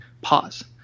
pause